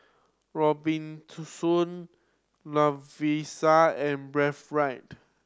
Robitussin Lovisa and Breathe Right